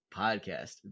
Podcast